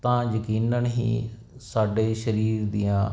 ਤਾਂ ਯਕੀਨਨ ਹੀ ਸਾਡੇ ਸਰੀਰ ਦੀਆਂ